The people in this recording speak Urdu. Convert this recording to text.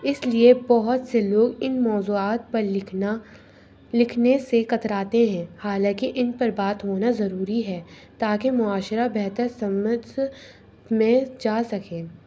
اس لیے بہت سے لوگ ان موضوعات پر لکھنا لکھنے سے کتراتے ہیں حالانکہ ان پر بات ہونا ضروری ہے تاکہ معاشرہ بہتر سمجھ میں جا سکیں